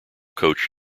coach